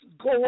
go